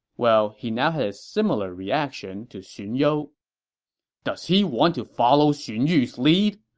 well, he now had a similar reaction to xun you does he want to follow xun yu's lead!